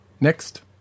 Next